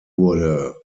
wurde